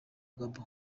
gabon